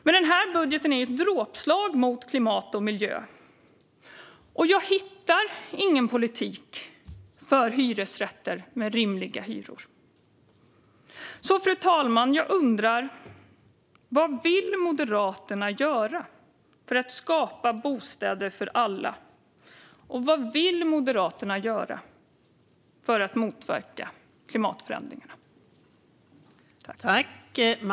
Men denna budget är ett dråpslag mot klimat och miljö. Jag hittar ingen politik för hyresrätter med rimliga hyror. Fru talman! Jag undrar: Vad vill Moderaterna göra för att skapa bostäder för alla, och vad vill Moderaterna göra för att motverka klimatförändringarna?